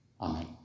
Amen